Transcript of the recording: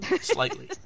Slightly